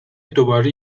دوباره